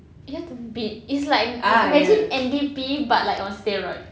you have to bid it's like imagine N_D_P but like on steroids